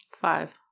Five